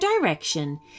direction